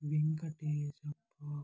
Venkateshappa